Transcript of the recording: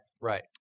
right